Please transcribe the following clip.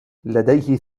لديه